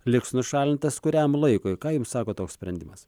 liks nušalintas kuriam laikui ką jums sako toks sprendimas